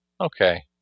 okay